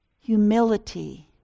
humility